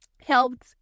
helped